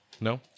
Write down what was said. No